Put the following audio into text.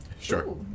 Sure